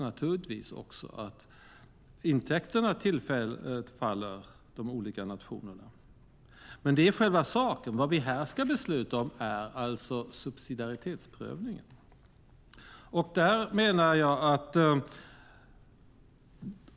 Naturligtvis ska intäkterna tillfalla de olika nationerna. Men detta är själva saken. Vad vi här ska besluta om är frågan om subsidiaritetsprövningen.